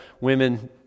women